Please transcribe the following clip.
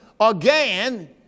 Again